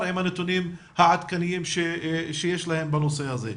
והמידע עם הנתונים העדכניים שיש לו בנושא הזה.